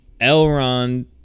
Elrond